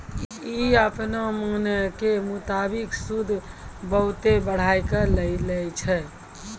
इ अपनो मनो के मुताबिक सूद बहुते बढ़ाय के लै छै